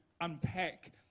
unpack